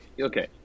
okay